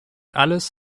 alles